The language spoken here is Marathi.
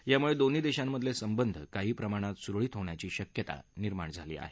यामुळे दोन्ही देशांमधले संबंध काही प्रमाणात सुरळीत होण्याची शक्यता निर्माण झाली आहे